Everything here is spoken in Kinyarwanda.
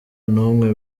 n’umwe